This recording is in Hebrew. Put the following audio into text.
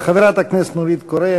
חברת הכנסת נורית קורן,